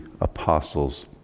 apostles